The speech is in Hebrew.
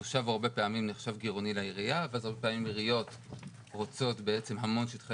והרבה פעמים העיריות רוצות המון שטחי